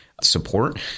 support